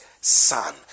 son